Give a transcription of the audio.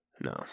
No